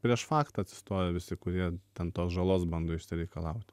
prieš faktą atsistoja visi kurie ten tos žalos bando išsireikalaut